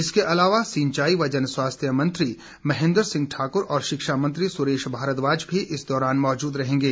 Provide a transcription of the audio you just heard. इसके अलावा सिंचाई व जनस्वास्थ्य मंत्री महेंद्र सिंह ठाकुर और शिक्षा मंत्री सुरेश भारद्वाज भी इस दौरान मौजूद रहेंगे